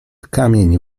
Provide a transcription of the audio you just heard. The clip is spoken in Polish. kamień